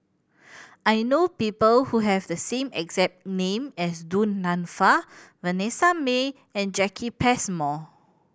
I know people who have the same exact name as Du Nanfa Vanessa Mae and Jacki Passmore